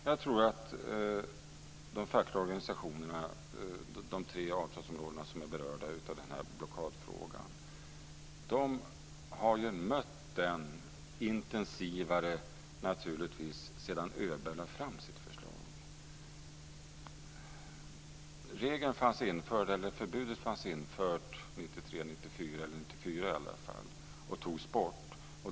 Fru talman! Jag tror att de fackliga organisationerna inom de tre avtalsområden som är berörda av blockadfrågan har mött den intensivare sedan Öberg lade fram sitt förslag. Förbudet fanns infört i alla fall 1994 och togs bort.